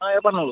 ആ പറഞ്ഞോളു